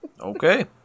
Okay